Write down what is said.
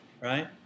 right